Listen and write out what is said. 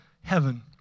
heaven